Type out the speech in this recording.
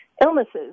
illnesses